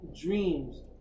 dreams